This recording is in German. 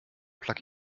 plug